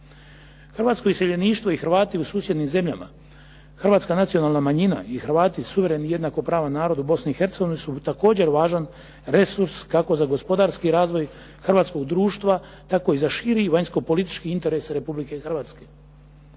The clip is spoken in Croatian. Hrvatsko iseljeništvo i Hrvati u susjednim zemljama, Hrvatska nacionalna manjina i Hrvati suveren i jednakopravan narod u Bosni i Hercegovini su također važan resurs kako za gospodarski razvoj hrvatskog društva, tako i za širi vanjskopolitički interes Republike Hrvatske.